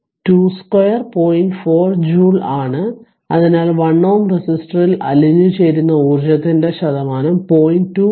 4 joule ആണ് അതിനാൽ 1 Ω റെസിസ്റ്ററിൽ അലിഞ്ഞുചേരുന്ന ഊർജ്ജത്തിന്റെ ശതമാനം 0